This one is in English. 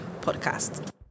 podcast